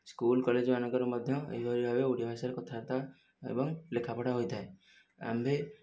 school college ମାନଙ୍କରେ ମଧ୍ୟ ଏହିଭଳି ଭାବେ ଓଡ଼ିଆ ଭାଷାରେ କଥାବାର୍ତ୍ତା ଏବଂ ଲେଖା ପଢ଼ା ହୋଇଥାଏ ଆମ୍ଭେ